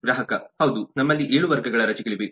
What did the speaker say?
ಗ್ರಾಹಕ ಹೌದು ನಮ್ಮಲ್ಲಿ 7 ವರ್ಗಗಳ ರಜೆಗಳಿವೆ